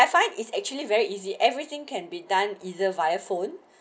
I find it's actually very easy everything can be done either via phone